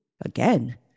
Again